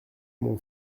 mon